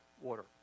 water